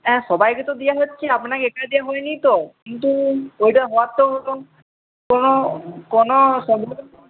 হ্যাঁ সবাইকে তো দেওয়া হচ্ছে আপনাকে একা দেওয়া হয় নি তো কিন্তু ওইটা হওয়ার তো ধরুন কোনো কোনো